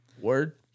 Word